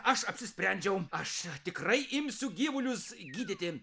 aš apsisprendžiau aš tikrai imsiu gyvulius gydyti